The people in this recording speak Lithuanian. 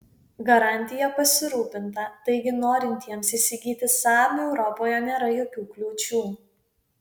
garantija pasirūpinta taigi norintiems įsigyti saab europoje nėra jokių kliūčių